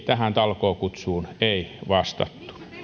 tähän talkookutsuun ei vastattu no